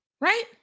Right